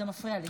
זה מפריע לי.